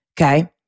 okay